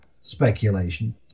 speculation